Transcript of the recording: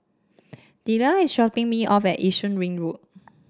Dillon is dropping me off at Yishun Ring Road